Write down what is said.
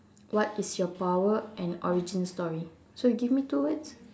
what is your power and origin story so you give me two words